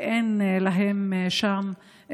ואין להם שם מענה בתוך,